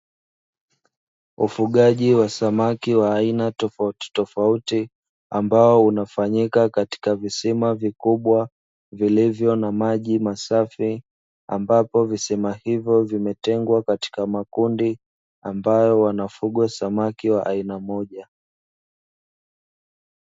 Ufugaji wa samaki wa aina tofauti tofauti, ambao unafanyika katika visima vikubwa vilivyo na maji masafi ambapo visima hivyo vimetengwa katika makundi ambayo wanafugwa samaki wa aina moja.